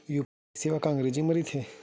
UPI सेवा का अंग्रेजी मा रहीथे?